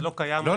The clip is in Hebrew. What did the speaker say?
לא קיים.